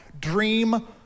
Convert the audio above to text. dream